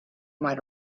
might